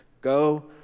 go